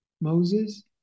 Moses